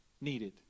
needed